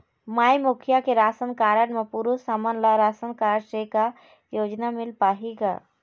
माई मुखिया के ration card म पुरुष हमन ला रासनकारड से का योजना मिल पाही का?